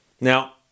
Now